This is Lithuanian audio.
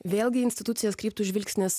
vėlgi į institucijas kryptų žvilgsnis